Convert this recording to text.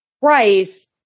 price